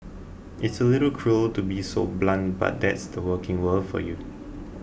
it's a little cruel to be so blunt but that's the working world for you